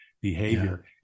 behavior